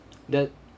that